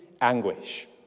anguish